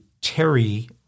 Terry